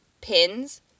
pins